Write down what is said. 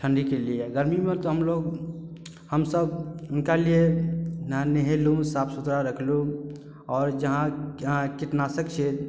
ठंडी के लिए गर्मी मे तऽ हमलोग हमसब हुनका लिए नहेलहुॅं साफ सुथरा राखलहुॅं आओर जहाँ कीटनाशक छै